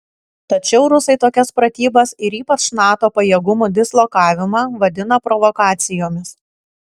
tačiau rusai tokias pratybas ir ypač nato pajėgumų dislokavimą vadina provokacijomis